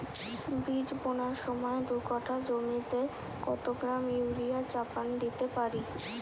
বীজ বোনার সময় দু কাঠা জমিতে কত গ্রাম ইউরিয়া চাপান দিতে পারি?